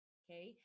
okay